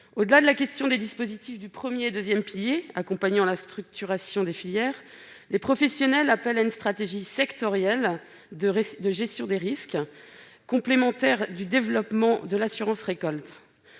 Au-delà de la question des dispositifs des premier et deuxième piliers et de l'accompagnement de la structuration des filières, les professionnels en appellent à une stratégie sectorielle de gestion des risques, complémentaire du développement de l'assurance récolte.